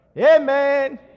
Amen